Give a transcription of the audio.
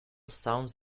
sound